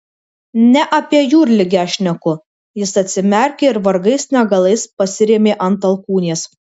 ne apie jūrligę šneku jis atsimerkė ir vargais negalais pasirėmė ant alkūnės